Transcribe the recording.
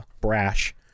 brash